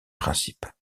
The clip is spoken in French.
principe